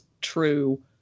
true